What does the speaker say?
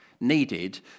needed